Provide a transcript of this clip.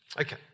Okay